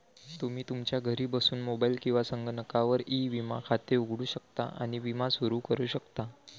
तुम्ही तुमच्या घरी बसून मोबाईल किंवा संगणकावर ई विमा खाते उघडू शकता आणि विमा सुरू करू शकता